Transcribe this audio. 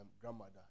grandmother